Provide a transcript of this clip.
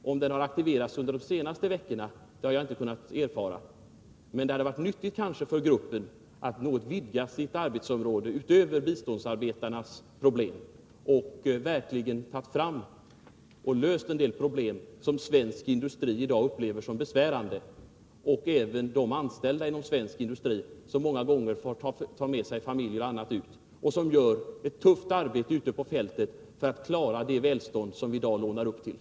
Om gruppen har aktiverats under de senaste veckorna har jag inte kunnat erfara, men det hade kanske varit lyckligt för gruppen att något få vidga sitt arbetsområde utöver biståndsarbetarnas problem och verkligen lösa en del problem som svensk industri i dag upplever som besvärande och som även de anställda inom svensk industri upplever som besvärande när de måst resa ut med familj och utföra ett tufft arbete ute på fältet för att klara det välstånd som vi i dag lånar upp till.